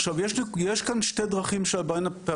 עכשיו יש כאן שני דרכים שבהם,